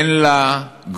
אין לה גבולות,